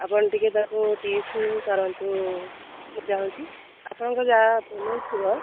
ଆପଣ ଟିକେ ତାକୁ ଟ୍ୟୁସନ୍ କରନ୍ତୁ ବୁଝା ହେଉଛି ଆପଣଙ୍କର ଯାହା ପ୍ୟାମେଣ୍ଟ ଥିବ